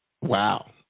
Wow